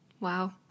wow